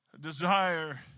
Desire